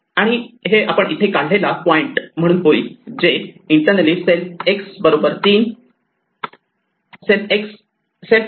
आणि हे आपण इथे काढलेला पॉईंट म्हणून होईल जे इंटरनली सेल्फ